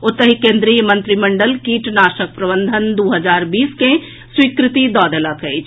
ओतहि केन्द्रीय मंत्रिमंडल कीटनाशक प्रबंधन दू हजार बीस के स्वीकृति दऽ देलक अछि